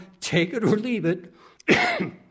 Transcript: take-it-or-leave-it